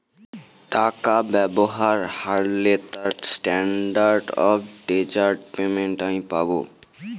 টাকা ব্যবহার হারলে তার স্ট্যান্ডার্ড অফ ডেজার্ট পেমেন্ট আমি পাব